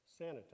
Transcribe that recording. sanitize